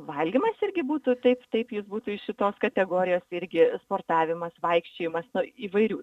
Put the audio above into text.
valgymas irgi būtų taip taip jis būtų iš šitos kategorijos irgi sportavimas vaikščiojimas nu įvairių